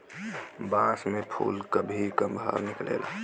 बांस में फुल कभी कभार निकलेला